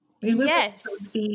Yes